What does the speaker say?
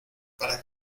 para